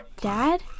Dad